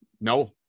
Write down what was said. no